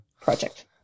project